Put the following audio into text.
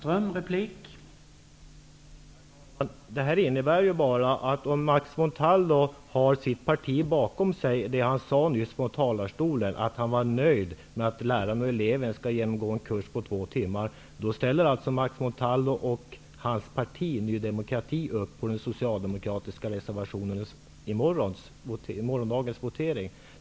Herr talman! Detta innebär bara att om Max Montalvo har sitt parti bakom sig i det han nyss sade från talarstolen, att han var nöjd med att läraren och eleven skall få gå en kurs på två timmar, ställer Max Montalvo och hans parti, Ny demokrati, upp på den socialdemokratiska reservationen i morgondagens votering.